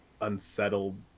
unsettled